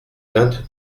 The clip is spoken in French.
vingt